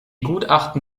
gutachten